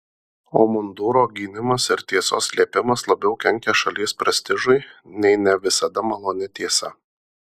o munduro gynimas ir tiesos slėpimas labiau kenkia šalies prestižui nei ne visada maloni tiesa